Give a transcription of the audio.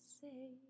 say